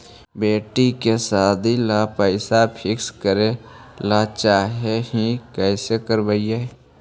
बेटि के सादी ल पैसा फिक्स करे ल चाह ही कैसे करबइ?